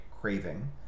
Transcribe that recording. craving